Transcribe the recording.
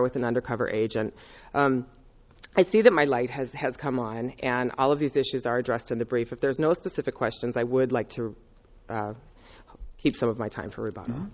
with an undercover agent i see that my light has has come on and all of these issues are addressed in the brief if there's no specific questions i would like to keep some of my time for them